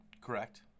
Correct